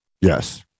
Yes